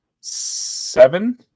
seven